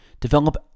develop